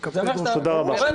זה מה שאתה אומר?